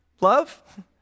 Love